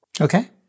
Okay